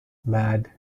mad